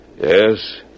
Yes